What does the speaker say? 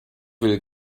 will